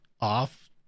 off